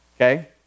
Okay